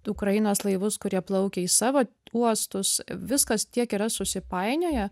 ukrainos laivus kurie plaukia į savo uostus viskas tiek yra susipainioję